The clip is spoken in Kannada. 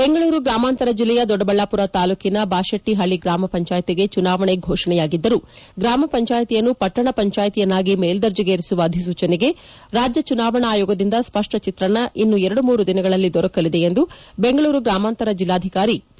ಬೆಂಗಳೂರು ಗ್ರಾಮಾಂತರ ಜಿಲ್ಲೆಯ ದೊಡ್ಡಬಳ್ಳಾಪುರ ತಾಲೂಕಿನ ಬಾಶೆಟ್ಟಿಹಳ್ಳಿ ಗ್ರಾಮ ಪಂಚಾಯಿತಿಗೆ ಚುನಾವಣೆ ಘೋಷಣೆಯಾಗಿದ್ದರೂ ಗ್ರಾಮಪಂಚಾಯಿತಿಯನ್ನು ಪಟ್ಟಣ ಪಂಚಾಯಿತಿಯನ್ನಾಗಿ ಮೇಲ್ದರ್ಜೇಗೇರಿಸುವ ಅಧಿಸೂಚನೆಗೆ ರಾಜ್ಯ ಚುನಾವಣಾ ಆಯೋಗದಿಂದ ಸ್ಪಷ್ಟ ಚಿತ್ರಣ ಇನ್ನು ಎರಡು ಮೂರು ದಿನಗಳಲ್ಲಿ ದೊರಕಲಿದೆ ಎಂದು ಬೆಂಗಳೂರು ಗ್ರಾಮಾಂತರ ಜಿಲ್ಲಾಧಿಕಾರಿ ಪಿ